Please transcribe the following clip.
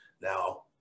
Now